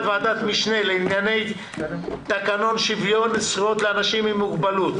ועדת משנה לענייני תקנות שוויון זכויות לאנשים עם מוגבלות.